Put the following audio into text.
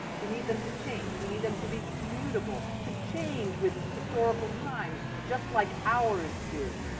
we need them to change, we need them to be mutable, to change with historical times just like ours do.